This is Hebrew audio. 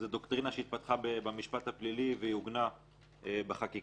זו דוקטרינה שהתפתחה במשפט הפלילי ועוגנה בחקיקה,